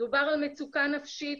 דובר על מצוקה נפשית,